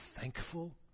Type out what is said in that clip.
thankful